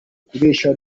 kubeshya